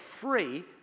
free